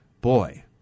boy